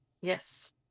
Yes